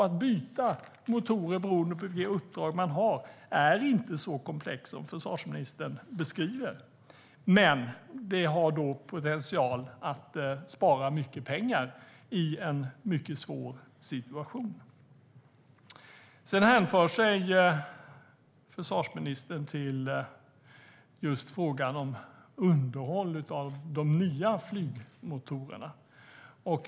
Att byta motorer beroende på vilka uppdrag man har är inte så komplext som försvarsministern beskriver. Men det har då potential att spara mycket pengar i en mycket svår situation. Sedan ägnar sig försvarsministern åt just frågan om underhåll av de nya flygmotorerna.